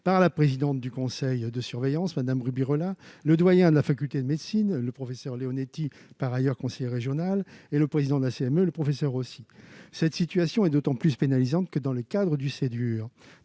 par la présidente du conseil de surveillance, Mme Rubirola, le doyen de la faculté de médecine, le professeur Leonetti, par ailleurs conseiller régional, et le président de la commission médicale d'établissement, la CME, le professeur Rossi. Cette situation est d'autant plus pénalisante que, dans le cadre du Ségur